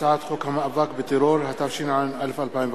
הצעת חוק המאבק בטרור, התשע"א 2011,